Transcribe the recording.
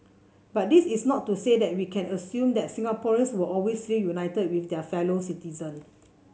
but this is not to say that we can assume that Singaporeans will always feel united with their fellow citizen